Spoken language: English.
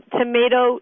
tomato